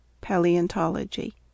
Paleontology